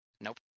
Nope